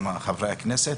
חברי הכנסת,